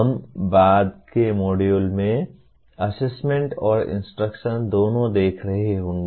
हम बाद के मॉड्यूल में असेसमेंट और इंस्ट्रक्शन दोनों देख रहे होंगे